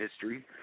history